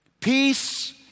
Peace